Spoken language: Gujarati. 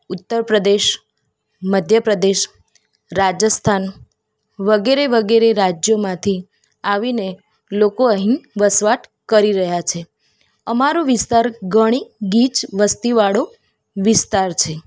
ઉત્તરપ્રદેશ મધ્યપ્રદેશ રાજસ્થાન વગેરે વગેરે રાજ્યોમાંથી આવીને લોકો અહીં વસવાટ કરી રહ્યા છે અમારો વિસ્તાર ઘણી ગીચ વસ્તીવાળો વિસ્તાર છે